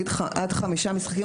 שנגיד עד חמישה משחקים,